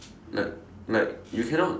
like like you cannot